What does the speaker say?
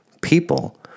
People